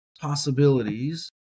possibilities